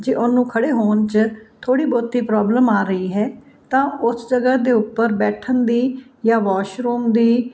ਜੇ ਉਹਨੂੰ ਖੜੇ ਹੋਣ 'ਚ ਥੋੜ੍ਹੀ ਬਹੁਤੀ ਪ੍ਰੋਬਲਮ ਆ ਰਹੀ ਹੈ ਤਾਂ ਉਸ ਜਗ੍ਹਾ ਦੇ ਉੱਪਰ ਬੈਠਣ ਦੀ ਜਾਂ ਵਾਸ਼ਰੂਮ ਦੀ